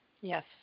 Yes